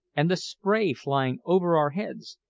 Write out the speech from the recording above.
and the spray flying over our heads,